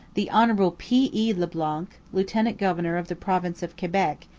the hon. p. e. le blanc, lieutenant-governor of the province of quebec,